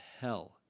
hell